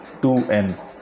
2n